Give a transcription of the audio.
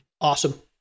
Awesome